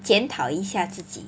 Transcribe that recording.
检讨一下自己